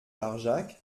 barjac